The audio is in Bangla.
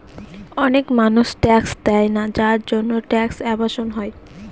অনেক মানুষ ট্যাক্স দেয়না যার জন্যে ট্যাক্স এভাসন হয়